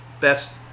best